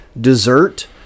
dessert